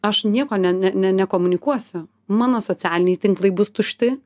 aš nieko ne ne nekomunikuosiu mano socialiniai tinklai bus tušti